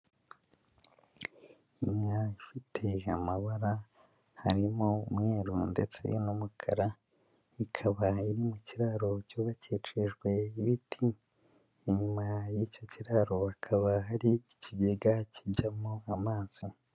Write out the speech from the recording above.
Inka ifite amabara, harimo umweru ndetse n'umukara, ikaba iri mu kiraro cyubakishijwe ibiti, inyuma y'icyo kiraro, hakaba hari ikigega kijyamo amazi.